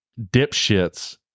dipshits